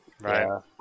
Right